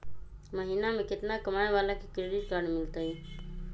महीना में केतना कमाय वाला के क्रेडिट कार्ड मिलतै?